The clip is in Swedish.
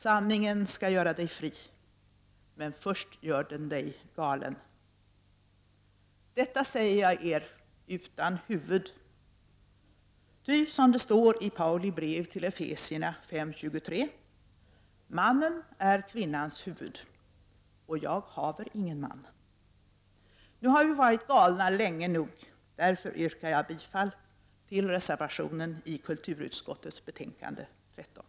Sanningen skall göra dig fri men först gör den dig galen. Detta säger jag eder utan huvud ty — som det står i Pauli brev till efesierna 5:23 — ”mannen är kvinnans huvud” och jag haver ingen man. Nu har vi varit galna länge nog; därför yrkar jag bifall till reservationen i kulturutskottets betänkande 13.